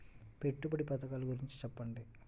పెట్టుబడి పథకాల గురించి చెప్పండి?